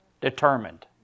Determined